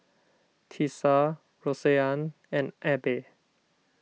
Tisa Roseann and Abbey